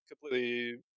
completely